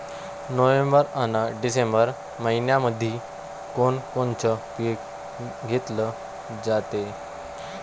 November अन December मइन्यामंधी कोण कोनचं पीक घेतलं जाते?